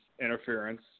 interference